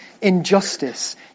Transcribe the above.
injustice